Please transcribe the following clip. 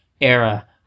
era